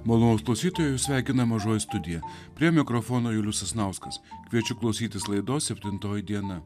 mulus klausytojus sveikina mažoji studija prie mikrofono julius sasnauskas kviečia klausytis laidos septintoji diena